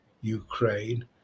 Ukraine